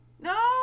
No